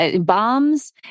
Bombs